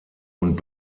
und